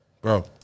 Bro